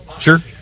sure